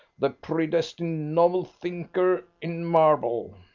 the predestined novel thinker in marble!